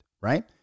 right